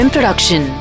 Production